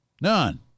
none